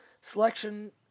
selection